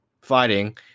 fighting